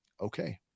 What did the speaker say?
Okay